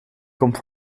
komt